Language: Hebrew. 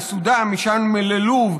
לסודאן ומשם ללוב.